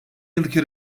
yılki